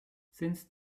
since